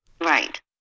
Right